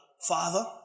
father